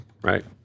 right